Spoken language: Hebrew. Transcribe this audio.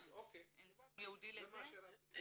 אין סכום ייעודי לזה.